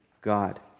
god